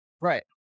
Right